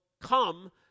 come